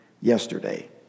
yesterday